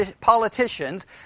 politicians